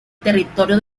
territorio